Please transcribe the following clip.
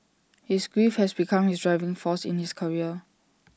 his grief has become his driving force in his career